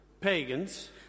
pagans